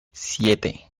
siete